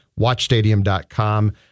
watchstadium.com